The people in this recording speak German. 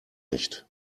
nicht